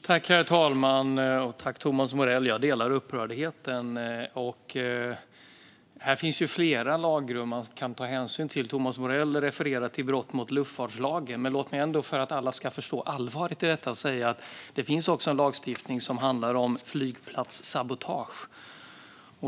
Herr talman! Jag delar upprördheten. Här finns flera lagrum man kan ta hänsyn till. Thomas Morell refererar till brott mot luftfartslagen, men låt mig för att alla ska förstå allvaret i detta säga att det också finns en lagstiftning som handlar om flygplatssabotage.